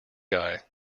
guy